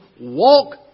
walk